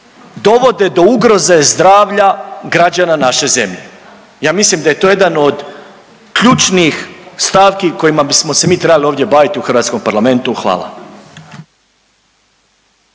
dovode do ugroze zdravlja građana naše zemlje. Ja mislim da je to jedan od ključnijih stavki kojima bi se mi trebali ovdje baviti u hrvatskom parlamentu. Hvala.